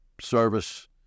service